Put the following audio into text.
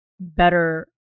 better